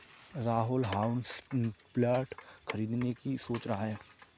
Rahul houseplant खरीदने की सोच रहा है